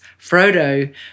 Frodo